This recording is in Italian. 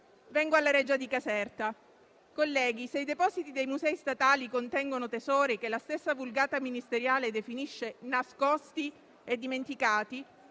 Vengo alla Reggia di Caserta. Colleghi, se i depositi dei musei statali contengono tesori che la stessa *vulgata* ministeriale definisce «nascosti e dimenticati»,